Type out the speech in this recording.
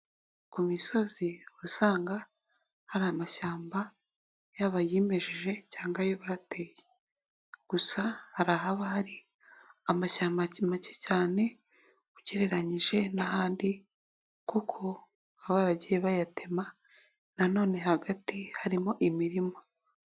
Ku misozi usanga hari amashyamba, yaba ayimejeje cyangwa ayo bateye, gusa hari ahaba hari amashyamba make make ugereranyije n'ahandi kuko babagiye bayatema, nanone hagati harimo imirima.